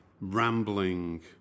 rambling